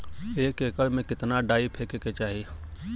एक एकड़ में कितना डाई फेके के चाही?